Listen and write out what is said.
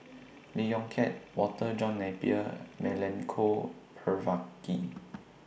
Lee Yong Kiat Walter John Napier Milenko Prvacki